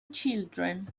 children